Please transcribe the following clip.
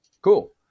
Cool